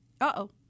Uh-oh